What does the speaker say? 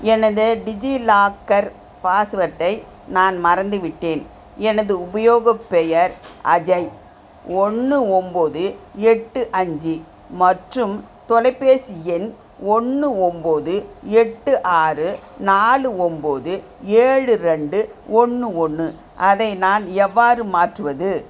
எனது டிஜிலாக்கர் பாஸ்வேர்ட்டை நான் மறந்துவிட்டேன் எனது உபயோகப் பெயர் அஜய் ஒன்று ஒன்போது எட்டு அஞ்சு மற்றும் தொலைபேசி எண் ஒன்று ஒன்போது எட்டு ஆறு நாலு ஒன்போது ஏழு ரெண்டு ஒன்று ஒன்று அதை நான் எவ்வாறு மாற்றுவது